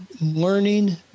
Learning